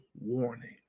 warning